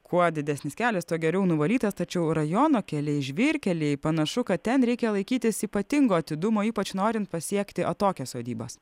kuo didesnis kelias tuo geriau nuvalytas tačiau rajono keliai žvyrkeliai panašu kad ten reikia laikytis ypatingo atidumo ypač norint pasiekti atokias sodybas